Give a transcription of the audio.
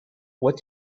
what